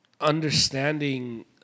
understanding